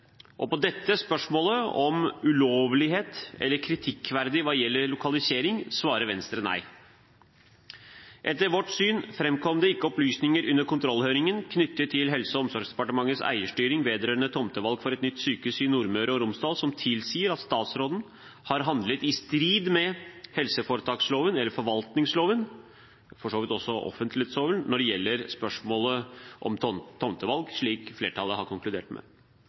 på. På dette spørsmålet, om ulovlighet eller kritikkverdighet hva gjelder lokalisering, svarer Venstre nei. Etter vårt syn framkom det ikke opplysninger under kontrollhøringen knyttet til Helse- og omsorgsdepartementets eierstyring vedrørende tomtevalg for et nytt sykehus i Nordmøre og Romsdal som tilsier at statsråden har handlet i strid med helseforetaksloven eller forvaltningsloven – for så vidt også offentlighetsloven – når det gjelder spørsmålet om tomtevalg, slik flertallet har konkludert med.